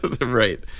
Right